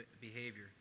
behavior